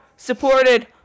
Supported